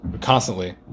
Constantly